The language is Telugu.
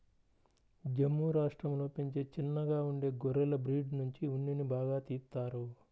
జమ్ము రాష్టంలో పెంచే చిన్నగా ఉండే గొర్రెల బ్రీడ్ నుంచి ఉన్నిని బాగా తీత్తారు